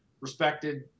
respected